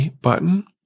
button